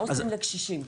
ההוסטלים לקשישים.